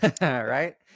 Right